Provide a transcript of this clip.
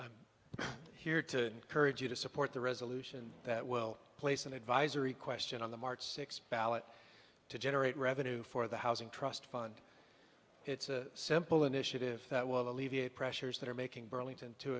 here to encourage you to support the resolution that will place an advisory question on the march sixth ballot to generate revenue for the housing trust fund it's a simple initiative that will alleviate pressures that are making burlington too